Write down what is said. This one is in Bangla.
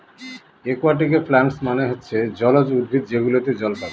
একুয়াটিকে প্লান্টস মানে হচ্ছে জলজ উদ্ভিদ যেগুলোতে জল পাবো